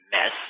mess